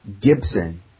Gibson